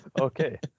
okay